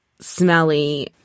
smelly